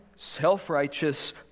Self-righteous